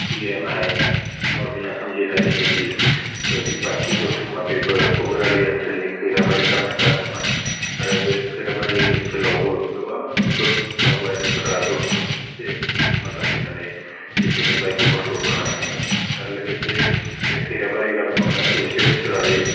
C N I नर्टना सान्दि नादनि जि द'जिबाथि जुथुम्मा बेबो कभिरआलि ओनसोलनि खैराबारि गामियाव जादोंमोन आरो बे खैराबारि ओनसोलावबो गोबां जद दावबायारिफोरा जथुमसे जुथुम्मा जाफैनानै ईश्वोरनि बायख्खफोरखौ खोनासंदों आरो लोगोसे बे खैराबारि गामियावनो जौसे बोसोरारि